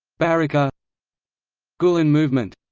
barakah gulen movement